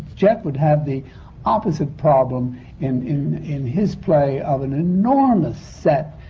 jeff would have the opposite problem in. in. in his play of an enormous set,